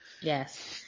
Yes